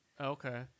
okay